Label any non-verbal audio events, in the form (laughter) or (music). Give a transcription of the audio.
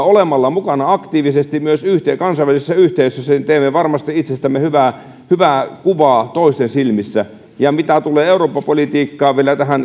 (unintelligible) olemalla mukana aktiivisesti myös kansainvälisessä yhteisössä teemme varmasti itsestämme hyvää hyvää kuvaa toisten silmissä ja mitä tulee vielä eurooppa politiikkaan